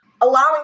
allowing